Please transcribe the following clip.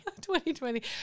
2020